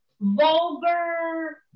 vulgar